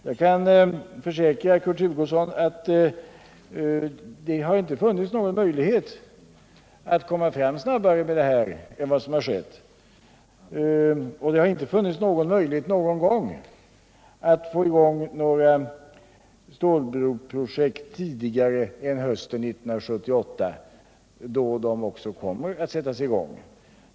Jag kan försäkra Kurt Hugosson att det inte har funnits någon möjlighet att göra det tidigare än vad som skett, och det har aldrig varit möjligt att få i gång några stålbroprojekt tidigare än hösten 1978, då de också kommer att sättas i gång.